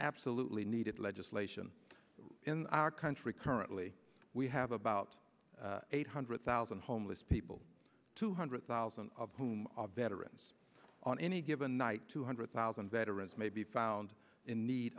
absolutely needed legislation in our country currently we have about eight hundred thousand homeless people two hundred thousand of whom are veterans on any given night two hundred thousand veterans may be found in need